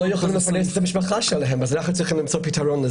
הם לא יכולים לפרנס את המשפחה שלהם ואכן צריך למצוא לזה פתרון.